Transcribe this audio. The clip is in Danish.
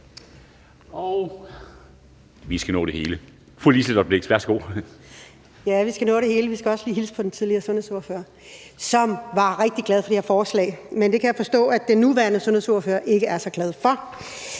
vi skal nå det hele, og vi skal også lige hilse på den tidligere sundhedsordfører, som var rigtig glad for det her forslag. Men det kan jeg forstå den nuværende sundhedsordfører ikke er. Jeg undrer